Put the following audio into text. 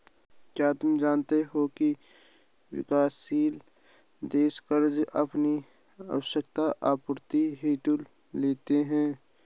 क्या तुम जानते हो की विकासशील देश कर्ज़ अपनी आवश्यकता आपूर्ति हेतु लेते हैं?